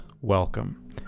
Welcome